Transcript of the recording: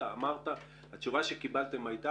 שקיבלת ואמרת שהתשובה שקיבלתם הייתה